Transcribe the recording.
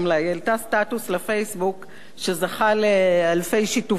היא העלתה סטטוס ל"פייסבוק" שזכה לאלפי שיתופים,